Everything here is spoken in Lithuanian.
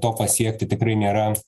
to pasiekti tikrai nėra